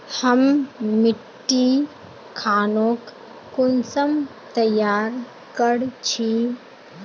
हम मिट्टी खानोक कुंसम तैयार कर छी?